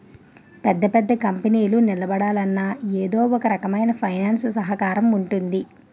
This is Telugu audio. పెద్ద పెద్ద కంపెనీలు నిలబడాలన్నా ఎదో ఒకరకమైన ఫైనాన్స్ సహకారం ఉంటుంది